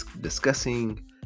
discussing